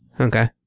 okay